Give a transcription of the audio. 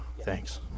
Thanks